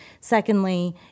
Secondly